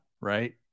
right